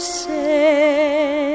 say